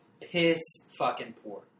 piss-fucking-poor